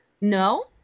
No